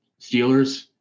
Steelers